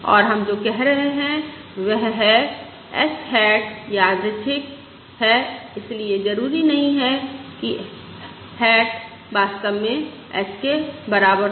और हम जो कह रहे हैं वह है h हैट यादृच्छिक इसलिए जरूरी नहीं है कि हैट वास्तव में h के बराबर हो